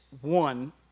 one